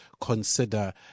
consider